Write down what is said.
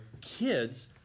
kids